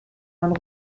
man